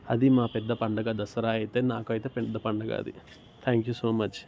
అది మా పెద్ద పండగ దసరా అయితే నాకైతే పెద్ద పండగ అది థ్యాంక్ యూ సో మచ్